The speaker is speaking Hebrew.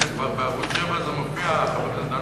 חבר הכנסת דנון,